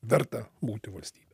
verta būti valstybe